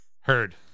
Heard